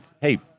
hey